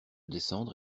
descendre